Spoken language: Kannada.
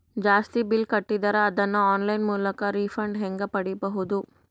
ಜಾಸ್ತಿ ಬಿಲ್ ಕಟ್ಟಿದರ ಅದನ್ನ ಆನ್ಲೈನ್ ಮೂಲಕ ರಿಫಂಡ ಹೆಂಗ್ ಪಡಿಬಹುದು?